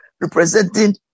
Representing